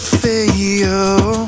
fail